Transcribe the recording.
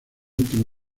última